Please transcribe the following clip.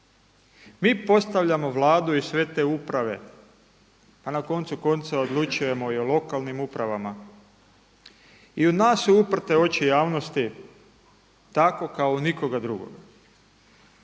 Mi postavljamo Vladu i sve te uprave, a na koncu konca odlučujemo i o lokalnim upravama. I u nas su uprte oči javnosti tako kao nikoga drugoga.